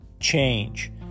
change